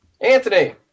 Anthony